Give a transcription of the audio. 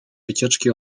wycieczki